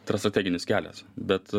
tai yra strateginis kelias bet